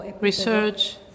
research